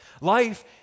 Life